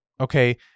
okay